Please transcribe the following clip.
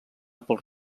pels